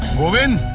woman